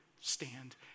stand